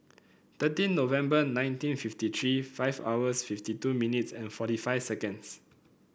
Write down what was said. thirteen November nineteen fifty three five hours fifty two minutes and forty five seconds